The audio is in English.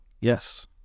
Yes